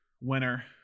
winner